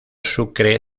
sucre